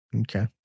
Okay